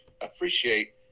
appreciate